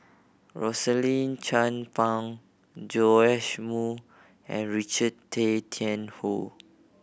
Rosaline Chan Pang Joash Moo and Richard Tay Tian Hoe